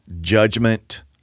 judgment